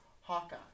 Hawkeye